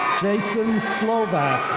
jayson slovak.